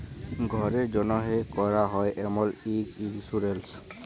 ঘ্যরের জ্যনহে ক্যরা হ্যয় এমল ইক ইলসুরেলস